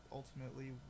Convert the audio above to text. ultimately